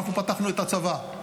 אנחנו פתחנו את הצבא.